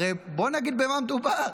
הרי בוא נגיד במה מדובר,